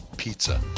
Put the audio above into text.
Pizza